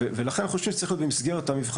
לכן אנחנו חושבים שזה צריך להיות במסגרת המבחנים.